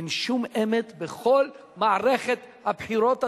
אין שום אמת בכל מערכת הבחירות הזאת,